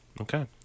Okay